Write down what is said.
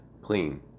clean